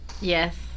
yes